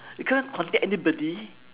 you can't contact anybody